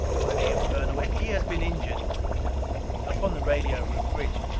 by the infernal if he has been injured up on the radio room bridge,